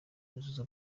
yuzuza